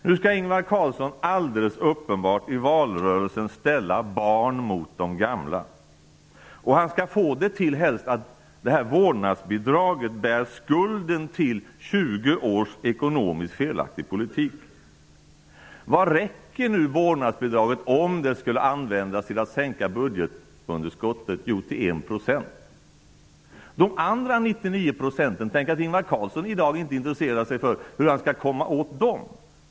Nu skall Ingvar Carlsson alldeles uppenbart i valrörelsen ställa barnen mot de gamla. Han skall helst få det att verka som att vårdnadsbidraget bär skulden till 20 års ekonomiskt felaktig politik. Vad räcker vårdnadsbidraget till, om det skulle användas till att sänka budgetunderskottet? Jo, till 1 %. Tänk att Ingvar Carlsson i dag inte intresserar sig för hur han skall komma åt resterande 99 %.